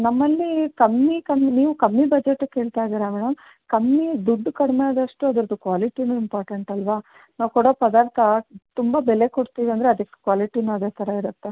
ನಮ್ಮಲ್ಲಿ ಕಮ್ಮಿ ಕಮ್ಮಿ ನೀವು ಕಮ್ಮಿ ಬಜೆಟಿಗೆ ಕೇಳ್ತಾ ಇದ್ದೀರ ಮೇಡಮ್ ಕಮ್ಮಿ ದುಡ್ಡು ಕಡಿಮೆ ಆದಷ್ಟು ಅದ್ರದ್ದು ಕ್ವಾಲಿಟೀನು ಇಂಪಾರ್ಟೆಂಟ್ ಅಲ್ಲವಾ ನಾವು ಕೊಡೋ ಪದಾರ್ಥ ತುಂಬ ಬೆಲೆ ಕೊಡ್ತೀವಿ ಅಂದರೆ ಅದಕ್ಕೆ ಕ್ವಾಲಿಟೀನು ಅದೇ ಥರ ಇರುತ್ತೆ